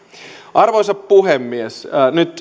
arvoisa puhemies nyt